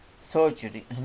Surgery